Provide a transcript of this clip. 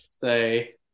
Say